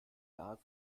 nase